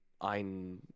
Ein